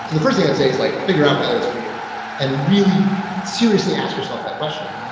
the first thing i'd say is like figure out whether it's for you and really seriously ask yourself that question.